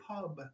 pub